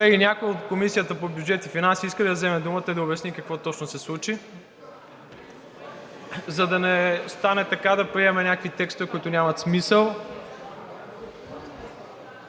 Някой от Комисията по бюджет и финанси иска ли да вземе думата, за да обясни какво точно се случи, за да не стане така да приемем някакви текстове, които нямат смисъл,